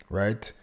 right